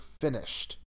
finished